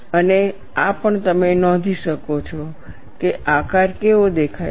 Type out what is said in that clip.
અને આ પણ તમે નોંધી શકો છો કે આકાર કેવો દેખાય છે